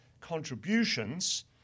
contributions